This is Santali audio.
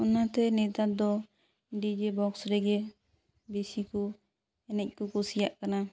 ᱚᱱᱟᱛᱮ ᱱᱮᱛᱟᱨ ᱫᱚ ᱰᱤᱡᱮ ᱵᱚᱠᱥ ᱨᱮᱜᱮ ᱵᱮᱥᱤ ᱠᱚ ᱮᱱᱮᱡ ᱠᱚ ᱠᱩᱥᱤᱭᱟᱜ ᱠᱟᱱᱟ